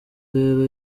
rero